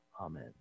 Amen